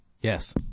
Yes